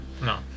No